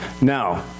Now